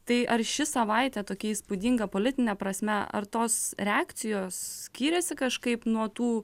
tai ar ši savaitė tokia įspūdinga politine prasme ar tos reakcijos skyrėsi kažkaip nuo tų